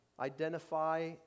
identify